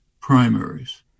primaries